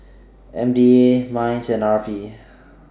M D A Minds and R P